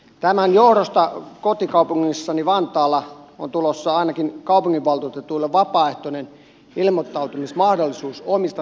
tämän johdosta kotikaupungissani vantaalla on tulossa ainakin kaupunginvaltuutetuille vapaaehtoinen ilmoittautumismahdollisuus omista sitoumuksista